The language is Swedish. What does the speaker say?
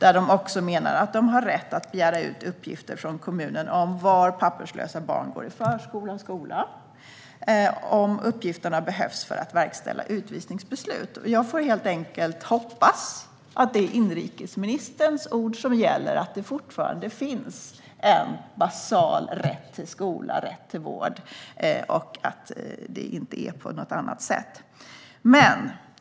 Gränspolisen menar ju också att den har rätt att begära ut uppgifter från kommunen om var papperslösa barn går i förskola eller skola, om uppgifterna behövs för att verkställa utvisningsbeslut. Jag får helt enkelt hoppas att det är inrikesministerns ord som gäller: att det fortfarande finns en basal rätt till skola och rätt till vård och att det inte är på något annat sätt.